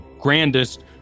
grandest